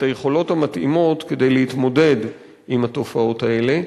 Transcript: היכולות המתאימות כדי להתמודד עם התופעות האלה.